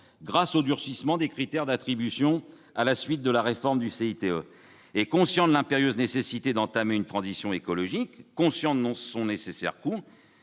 grâce au durcissement des critères d'attribution consécutif à la réforme du CITE. Conscient de l'impérieuse nécessité d'entamer une transition écologique et de son coût nécessaire,